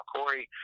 Corey